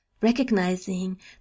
recognizing